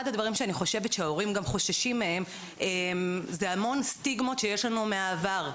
אחד הדברים שההורים חוששים ממנו זה המון סטיגמות שיש לנו מהעבר.